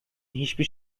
hiçbir